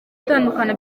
utandukana